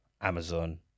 Amazon